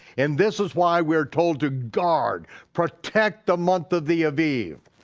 and this is why we're told to guard, protect the month of the aviv.